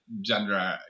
gender